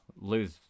lose